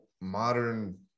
modern